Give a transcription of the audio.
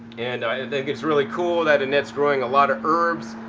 and i think it's really cool that annette's growing a lot of herbs.